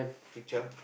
picture